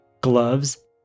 gloves